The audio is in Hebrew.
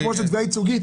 זה כמו בתביעה ייצוגית.